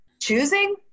choosing